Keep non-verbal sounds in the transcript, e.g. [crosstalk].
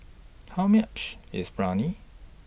How much IS [unintelligible]